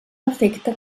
afecta